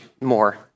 more